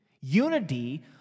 Unity